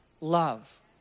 love